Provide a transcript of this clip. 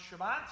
Shabbat